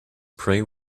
pray